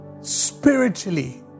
spiritually